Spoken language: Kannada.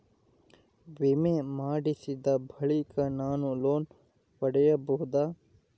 ವಿಮೆ ಮಾಡಿಸಿದ ಬಳಿಕ ನಾನು ಲೋನ್ ಪಡೆಯಬಹುದಾ?